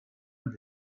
und